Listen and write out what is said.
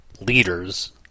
leaders